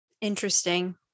Interesting